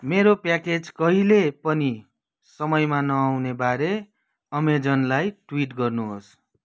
मेरो प्याकेज कहिले पनि समयमा नआउने बारे अमेजनलाई ट्विट गर्नुहोस्